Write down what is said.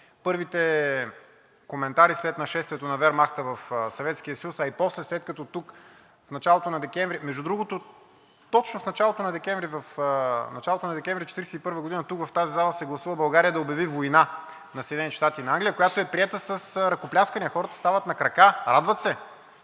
първите коментари след нашествието на Вермахта в Съветския съюз, а и после, след като в началото на декември – между другото, точно в началото на декември 1941 г. тук в тази зала се гласува България да обяви война на Съединените щати и на Англия, която е приета с ръкопляскания – хората стават на крака, радват се.